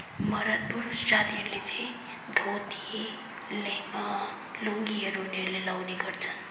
मर्द पुरूष जातिहरूले चाहिँ धोती ले अ लुङ्गीहरू उनीहरूले लगाउने गर्छन्